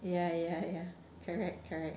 ya ya ya correct correct